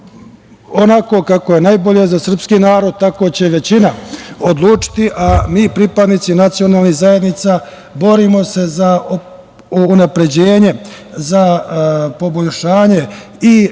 onako kako je najbolje za srpski narod, tako će većina odlučiti, a mi pripadnici nacionalnih zajednica borimo se za unapređenje, za poboljšanje i